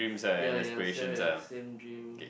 ya ya sa~ same dream